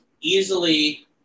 easily